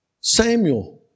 Samuel